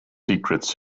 secrets